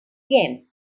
games